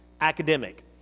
academic